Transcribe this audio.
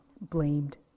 blamed